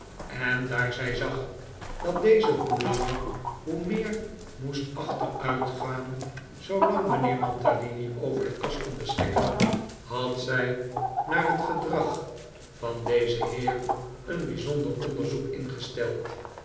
en daar zij zag dat deze hoe langer hoe meer moest achteruitgaan zoolang mijnheer mantalini over de kas kon beschikken had zij naar het gedrag van dezen heer een bijzonder onderzoek ingesteld